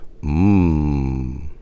mmm